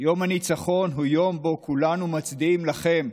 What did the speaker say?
יום הניצחון הוא יום שבו כולנו מצדיעים לכם,